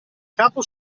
capo